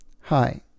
Hi